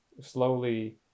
slowly